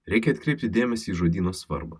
reikia atkreipti dėmesį į žodyno svarbą